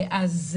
אז,